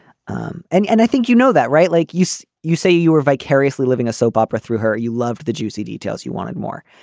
um and and i think you know that right like you. so you say you are vicariously living a soap opera through her you love the juicy details you wanted more.